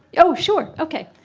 oh sure okay